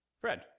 Fred